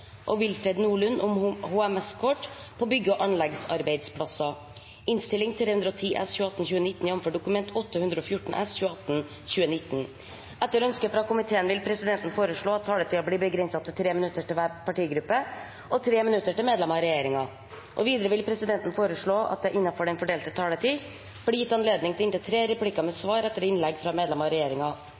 har ikke bedt om ordet til sak nr. 3. Etter ønske fra arbeids- og sosialkomiteen vil presidenten foreslå at taletiden blir begrenset til 3 minutter til hver partigruppe og 3 minutter til medlemmer av regjeringen. Videre vil presidenten foreslå at det – innenfor den fordelte taletid – blir gitt anledning til replikkordskifte med inntil tre replikker med svar etter innlegg fra medlemmer av